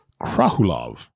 Krahulov